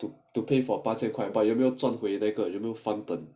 to to pay for 八千块 but 有没有赚会那个有没有翻本